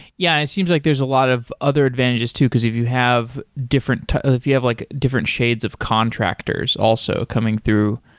yeah. it seems like there's a lot of other advantages too, because if you have different if you have like different shades of contractors also coming through,